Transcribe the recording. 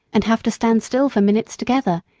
and have to stand still for minutes together,